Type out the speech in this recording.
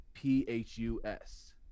P-H-U-S